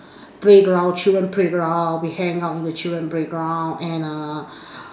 playground children playground we hang out in the children playground and uh